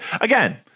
Again